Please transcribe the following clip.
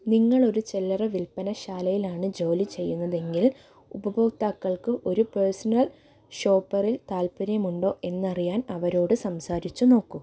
നിങ്ങൾ ഒരു ചില്ലറ വില്പന ശാലയിലാണ് ജോലി ചെയ്യുന്നതെങ്കിൽ ഉപഭോക്താക്കൾക്ക് ഒരു പേഴ്സണൽ ഷോപ്പറിൽ താൽപ്പര്യമുണ്ടോ എന്നറിയാൻ അവരോട് സംസാരിച്ച് നോക്കു